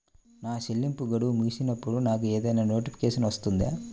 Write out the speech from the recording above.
నా చెల్లింపు గడువు ముగిసినప్పుడు నాకు ఏదైనా నోటిఫికేషన్ వస్తుందా?